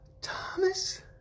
Thomas